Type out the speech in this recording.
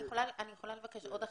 אני יכולה לבקש עוד החרגה?